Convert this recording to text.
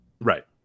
Right